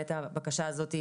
הבקשה הזאת,